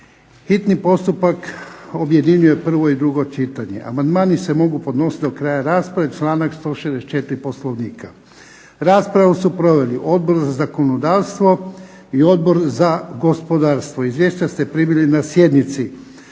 hitni postupak objedinjuje prvo i drugo čitanje. Amandmani se mogu podnositi do kraja rasprave članak 164. Poslovnika. Raspravu su proveli Odbor za zakonodavstvo i Odbor za gospodarstvo. Izvješća ste primili na sjednici.